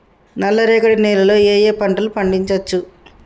నల్లరేగడి నేల లో ఏ ఏ పంట లు పండించచ్చు?